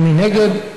מי נגד?